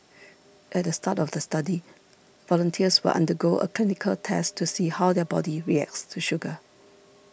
at the start of the study volunteers will undergo a clinical test to see how their body reacts to sugar